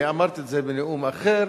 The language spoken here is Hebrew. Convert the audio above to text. אני אמרתי את זה בנאום אחר,